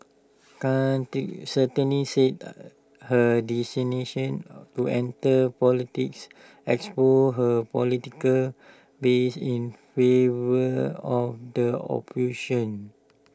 critics certainty said that her destination to enter politics exposed her political bias in favour of the operation